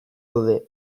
daude